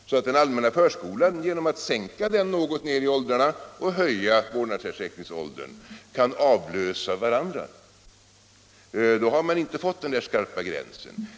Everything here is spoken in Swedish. Genom att sänka åldersgränsen för tillträde till den allmänna förskolan och genom att höja vårdnadsersättningsåldern kan de två vårdformerna avlösa varandra. Då får man inte den där skarpa gränsen.